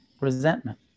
resentment